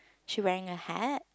she wearing a hat